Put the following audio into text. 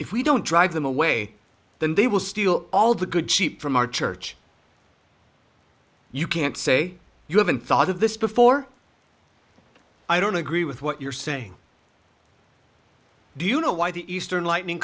if we don't drive them away then they will steal all the good sheep from our church you can't say you haven't thought of this before i don't agree with what you're saying do you know why the eastern lightning